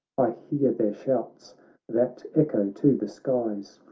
i hear their shouts that echo to the skies,